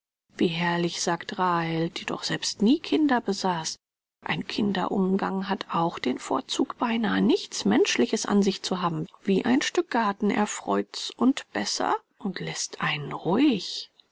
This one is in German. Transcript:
wie herrlich sagt rahel die doch selbst nie kinder besaß ein kinder umgang hat auch den vorzug beinah nichts menschliches an sich zu haben wie ein stück garten erfreut's und besser und läßt einen ruhig